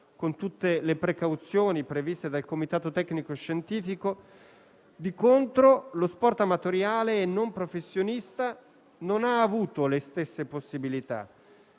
con tutte le precauzioni previste dal Comitato tecnico-scientifico, di contro lo sport amatoriale e non professionista non ha avuto le stesse possibilità.